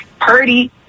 Purdy